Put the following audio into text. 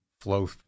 flow